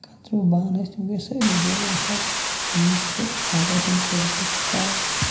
کَتریٚو بانہٕ ٲسۍ تِم گٔے سٲری غٲب حظ یی چھُ اَز آسان پرٛٮ۪تھ کُنہِ گَرٛیُک حال